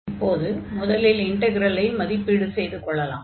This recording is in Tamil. இப்போது முதல் இன்ட்க்ரலை மதிப்பீடு செய்து கொள்ளலாம்